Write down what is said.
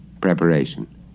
Preparation